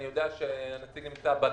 אני יודע שהנציג נמצא בזום,